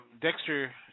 Dexter